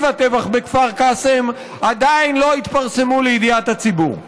הטבח בכפר קאסם עדיין לא התפרסמו לידיעת הציבור.